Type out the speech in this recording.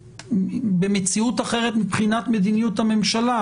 במציאות אחרת מבחינת מדיניות הממשלה,